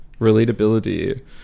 relatability